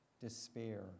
Despair